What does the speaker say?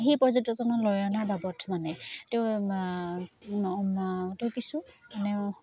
সেই পৰ্যটকজনক লৈ অনাৰ বাবদ মানে তেওঁ তেওঁ কিছুমানে